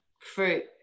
Fruit